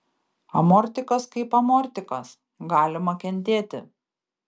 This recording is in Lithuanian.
amortikas kaip amortikas galima kentėti